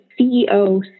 CEO